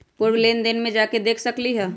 पूर्व लेन देन में जाके देखसकली ह?